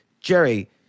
Jerry